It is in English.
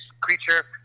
creature